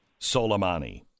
Soleimani